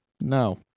No